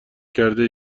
کرده